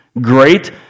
great